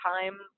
time